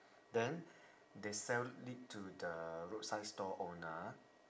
then they sell it to the roadside stall owner